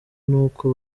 nuko